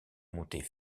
montait